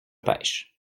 pêche